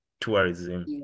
tourism